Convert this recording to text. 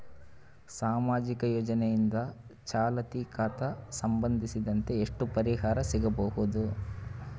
ಸಾಮಾಜಿಕ ಯೋಜನೆಯಿಂದ ಚಾಲತಿ ಖಾತಾ ಸಂಬಂಧಿಸಿದಂತೆ ಎಷ್ಟು ಪರಿಹಾರ ಸಿಗಬಹುದು?